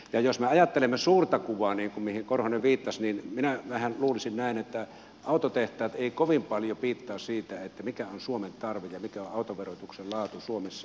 ja jos me ajattelemme suurta kuvaa mihin korhonen viittasi niin minä vähän luulisin näin että autotehtaat eivät kovin paljon piittaa siitä mikä on suomen tarve ja mikä on autoverotuksen laatu suomessa